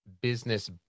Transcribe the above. business